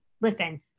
Listen